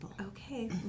Okay